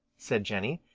said jenny.